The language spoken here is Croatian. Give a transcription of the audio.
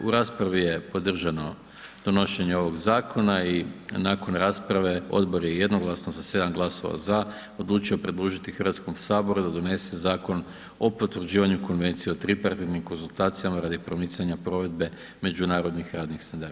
U raspravi je podržano donošenje ovog zakona i nakon rasprave Odbor je jednoglasno sa 7 glasova za odlučio predložiti Hrvatskom saboru da donese Zakon o potvrđivanju Konvencije o tripartitnim konzultacijama radi promicanja provedbe međunarodnih radnih standarda.